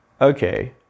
Okay